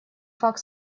факт